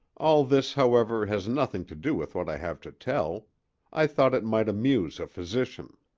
all this, however, has nothing to do with what i have to tell i thought it might amuse a physician.